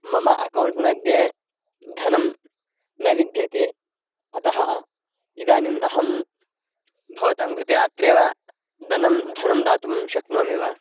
मम अकौण्ट् मध्ये धनं न विद्यते अतः इदानीम् अहं भवतां कृते अत्रैव दनं धनं दातुं शक्नोमि वा